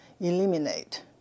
eliminate